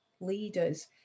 leaders